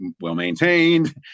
well-maintained